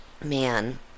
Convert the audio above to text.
man